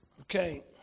okay